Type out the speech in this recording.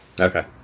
Okay